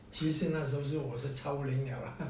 其实那时候我是超龄了啦哈哈